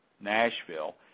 Nashville